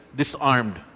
disarmed 。